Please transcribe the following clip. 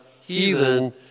heathen